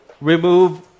remove